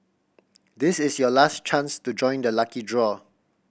this is your last chance to join the lucky draw